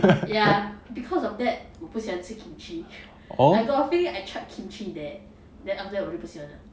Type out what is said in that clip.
ya because of that 我不想吃 kimchi I got a feeling I tried kimchi there then after that 我就不喜欢了